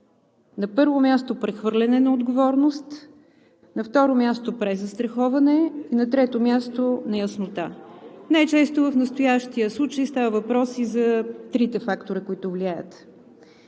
На първо място, прехвърляне на отговорност, на второ място, презастраховане и, на трето място, неяснота. Най-често в настоящия случай става въпрос и за трите фактора, които влияят.